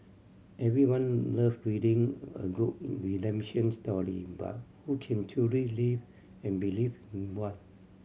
everyone love reading a good redemption story but who can truly live and believe in one